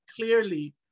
clearly